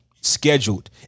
scheduled